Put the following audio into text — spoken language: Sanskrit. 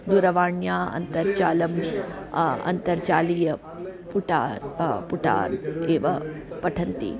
दूरवाण्याम् अन्तर्जालम् अन्तर्जालीयपुटान् पुटान् एव पठन्ति